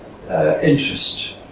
interest